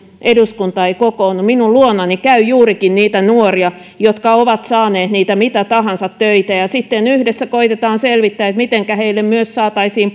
eduskunta ei kokoonnu minun luonani käy juurikin niitä nuoria jotka ovat saaneet niitä mitä tahansa töitä sitten yhdessä koetetaan selvittää mitenkä heille saataisiin